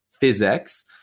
physics